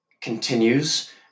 continues